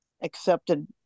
accepted